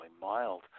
mild